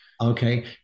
Okay